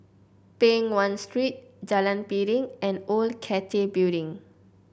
Peng Nguan Street Jalan Piring and Old Cathay Building